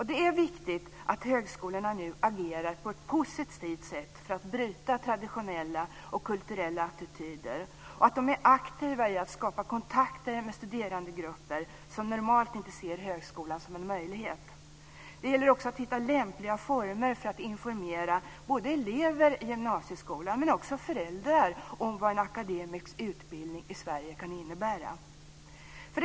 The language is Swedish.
Det är viktigt att högskolorna nu agerar på ett positivt sätt för att bryta traditionella och kulturella attityder och att de är aktiva i att skapa kontakter med studerandegrupper som normalt inte ser högskolan som en möjlighet. Det gäller också att hitta lämpliga former för att informera såväl elever i gymnasieskolan som föräldrar om vad en akademisk utbildning i Sverige kan innebära.